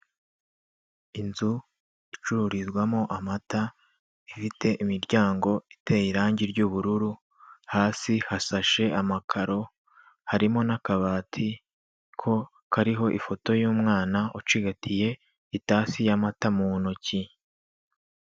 Inzu icururizwamo amata ifite imiryango iteye irangi ry'ubururu, hasi hasashe amakaro harimo n'akabati ko kariho ifoto y'umwana ucigatiye itasi yamata mu ntoki.